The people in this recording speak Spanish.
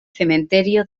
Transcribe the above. cementerio